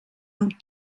amb